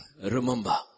remember